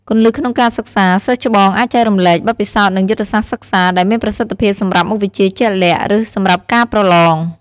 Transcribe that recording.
គន្លឹះក្នុងការសិក្សា សិស្សច្បងអាចចែករំលែក បទពិសោធន៍ និង យុទ្ធសាស្ត្រសិក្សា ដែលមានប្រសិទ្ធភាពសម្រាប់មុខវិជ្ជាជាក់លាក់ ឬសម្រាប់ការប្រឡង។